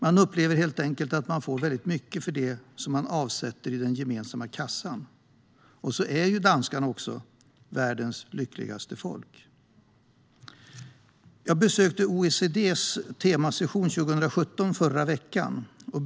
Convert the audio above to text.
Man upplever helt enkelt att man får väldigt mycket för det som man avsätter i den gemensamma kassan. Danskarna är också världens lyckligaste folk. Jag besökte förra veckan OECD:s temasession 2017.